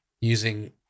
using